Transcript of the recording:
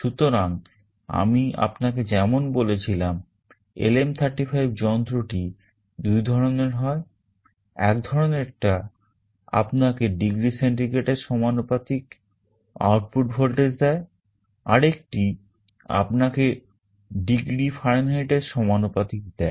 সুতরাং আমি আপনাকে যেমন বলেছিলাম LM35 যন্ত্র টি দুই ধরনের হয় এক ধরনের টা আপনাকে ডিগ্রি সেন্টিগ্রেডের সমানুপাতিক আউটপুট ভোল্টেজ দেয় আরেকটি আপনাকে ডিগ্রি ফারেনহাইট এর সমানুপাতিক দেয়